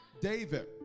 David